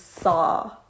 saw